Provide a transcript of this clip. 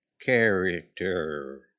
character